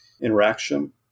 interaction